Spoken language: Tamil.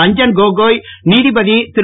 ரஞ்சன் கோகோய் நீதிபதி திரு